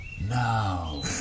Now